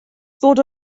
ddod